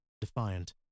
defiant